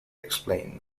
explain